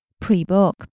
pre-book